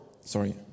sorry